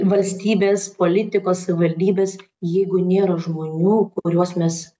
valstybės politikos savivaldybės jeigu nėra žmonių kuriuos mes